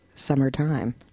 summertime